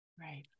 right